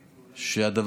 שעושים.